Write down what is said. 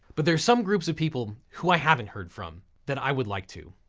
but there are some groups of people who i haven't heard from that i would like to.